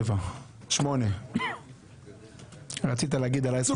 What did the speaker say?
(הישיבה נפסקה בשעה 12:22 ונתחדשה בשעה 12:28.) (היו"ר אופיר כץ,